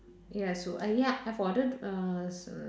ya so uh ya I've ordered err s~